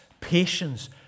patience